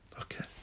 Okay